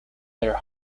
their